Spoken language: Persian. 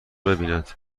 ببیند